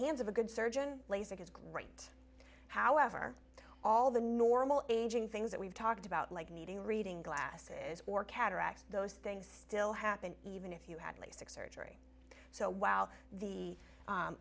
hands of a good surgeon lasik is great however all the normal aging things that we've talked about like needing reading glasses or cataracts those things still happen even if you had lasik surgery so while the